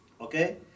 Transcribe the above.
Okay